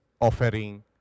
offering